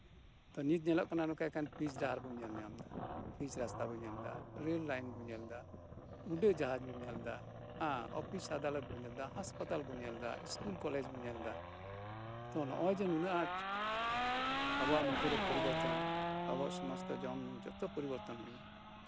ᱱᱤᱛ ᱧᱮᱞᱚᱜ ᱠᱟᱱᱟ ᱮᱠᱮᱱ ᱯᱤᱪ ᱰᱟᱦᱟᱨ ᱵᱚᱱ ᱧᱮᱞ ᱧᱟᱢ ᱮᱫᱟ ᱯᱤᱪ ᱨᱟᱥᱛᱟ ᱵᱚᱱ ᱧᱮᱞᱫᱟ ᱨᱮᱞ ᱞᱟᱭᱤᱱ ᱵᱚᱱ ᱧᱮᱞ ᱮᱫᱟ ᱩᱰᱟᱹᱜ ᱡᱟᱦᱟᱡᱽ ᱵᱚᱱ ᱧᱮᱞ ᱮᱫᱟ ᱮᱫ ᱚᱯᱷᱤᱥ ᱟᱫᱟᱞᱚᱛ ᱵᱚᱱ ᱧᱮᱞ ᱮᱫᱟ ᱦᱟᱥᱯᱟᱛᱟᱞ ᱵᱚᱱ ᱧᱮᱞ ᱮᱫᱟ ᱥᱠᱩᱞ ᱠᱚᱞᱮᱡᱽ ᱵᱚᱱ ᱧᱮᱞ ᱮᱫᱟ ᱛᱚ ᱱᱚᱜ ᱚᱭ ᱡᱮ ᱱᱩᱱᱟᱹᱜ ᱟᱸᱴ ᱟᱵᱚᱣᱟᱜ ᱢᱚᱫᱽᱫᱷᱮ ᱨᱮ ᱯᱚᱨᱤᱵᱚᱨᱛᱚᱱ ᱟᱵᱚᱣᱟᱜ ᱥᱚᱢᱚᱥᱛᱚ ᱡᱚᱢ ᱧᱩ ᱯᱚᱨᱤᱵᱚᱨᱛᱚᱱ ᱮᱱᱟ